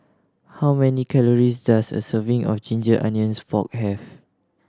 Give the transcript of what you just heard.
how many calories does a serving of ginger onions pork have